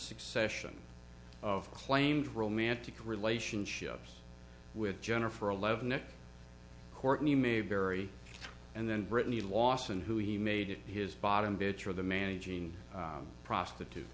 succession of claimed romantic relationships with jennifer eleven and courtney mayberry and then brittany lawson who he made his bottom bitch or the managing prostitute